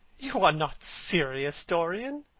you are not serious, dorian?